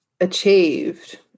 achieved